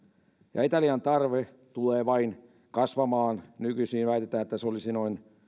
ja italian tarve tulee vain kasvamaan väitetään että nykyisin se olisi noin